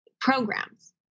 programs